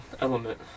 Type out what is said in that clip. element